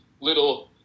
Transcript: little